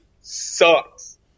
sucks